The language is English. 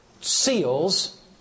seals